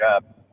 job